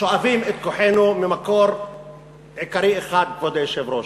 שואבים את כוחנו ממקור עיקרי אחד, כבוד היושב-ראש,